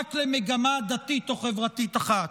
רק למגמה דתית או חברתית אחת.